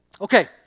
Okay